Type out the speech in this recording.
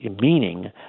meaning